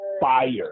fire